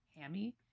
hammy